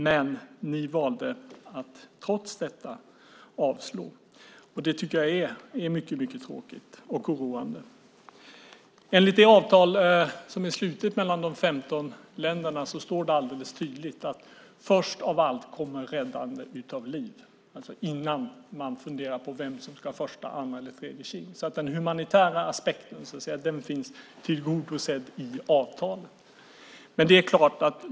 Men ni valde, trots detta, att avslå. Det tycker jag är mycket tråkigt och oroande. Enligt det avtal som är slutet mellan de 15 länderna står det alldeles tydligt att först av allt kommer räddandet av liv, alltså innan man funderar på vem som ska ha första, andra eller tredje tjing. Den humanitära aspekten finns tillgodosedd i avtalet.